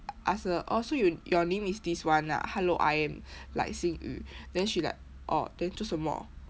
ask her oh so you your name is this one ah hello I am like xin yu then she like orh then 做什么